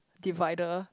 divider